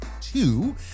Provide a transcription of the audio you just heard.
two